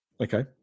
Okay